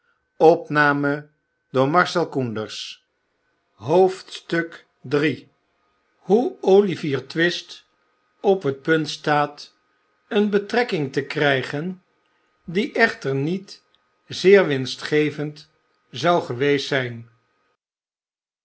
iii hoe olivier twist op het ptjnt staat eene i betrekking te krijgen die echter niet zeer winstgevend zou geweest zijn